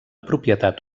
propietat